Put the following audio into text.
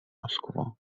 moskvo